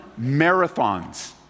marathons